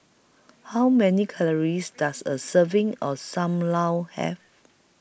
How Many Calories Does A Serving of SAM Lau Have